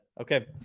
okay